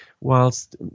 whilst